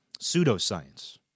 Pseudoscience